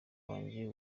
wawe